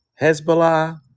Hezbollah